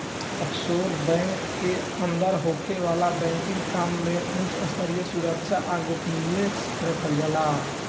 offshore bank के अंदर होखे वाला बैंकिंग काम में उच स्तरीय सुरक्षा आ गोपनीयता राखाला